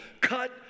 cut